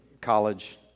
college